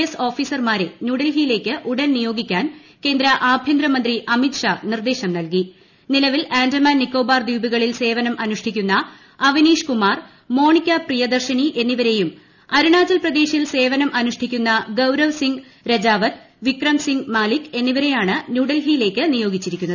S ഓഫീസർമാരെ ന്യൂഡൽഹിയിലേക്ക് ഉടൻ നിയോഗിക്കാ്ൻ കേന്ദ്ര ആഭ്യന്തരമന്ത്രി അമിത് ഷാ നിർദ്ദേശം നൽകിട്ട് നിലവിൽ ആൻഡമാൻ നിക്കോബാർ ദ്വീപുകളിൽ സേപ്പുനം അനുഷ്ഠിക്കുന്ന അവനീഷ് കുമാർ മോണിക്ക പ്രിയദ്ർശ്ിനി എന്നിവരെയും അരുണാചൽ പ്രദേശിൽ സേവനം അനുഷ്ഠിക്കുന്ന ഗൌരവ് സിംഗ് രെജാവത് വിക്രം സിംഗ് മാലിക് എന്നിവരെയാണ് ന്യൂഡൽഹിയിലേക്ക് നിയോഗിച്ചിരിക്കുന്നത്